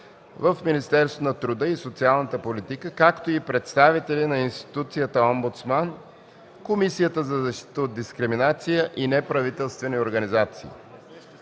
в Министерството на труда и социалната политика, както и представители на институцията Омбудсман, Комисията за защита от дискриминация и неправителствени организации.